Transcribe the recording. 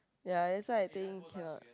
ya that's why I think cannot